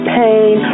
pain